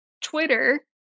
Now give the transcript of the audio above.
Twitter